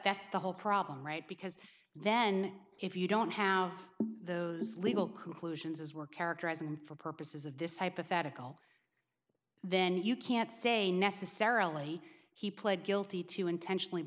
that's the whole problem right because then if you don't have those legal conclusions as we're characterizing for purposes of this hypothetical then you can't say necessarily he pled guilty to intentionally